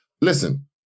Listen